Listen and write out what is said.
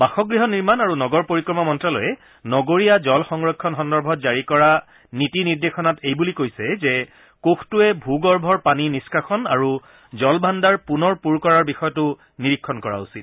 বাসগৃহ নিৰ্মাণ আৰু নগৰ পৰিক্ৰমা মন্ত্যালয়ে নগৰীয়া জলসংৰক্ষণ সন্দৰ্ভত জাৰী কৰা নীতি নিৰ্দেশনাত এইবুলি কৈছে যে কোষটোৱে ভূ গৰ্ভৰপানী নিষ্ণাষণ আৰু জলভাণ্ডাৰ পূনৰ পূৰ কৰাৰ বিষয়টো নিৰীক্ষণ কৰা উচিত